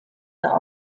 der